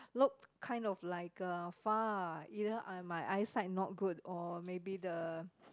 look kind of like uh far you know I might my eye sight not good or maybe the